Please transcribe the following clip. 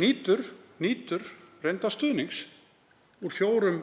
nýtur reyndar stuðnings úr fjórum